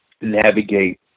navigate